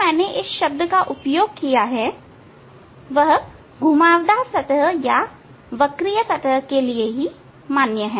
मैंने जो तेंजेंट शब्द का उपयोग किया है वह घुमावदार सतह के लिए मान्य है